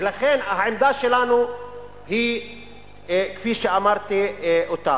ולכן, העמדה שלנו היא כפי שאמרתי אותה.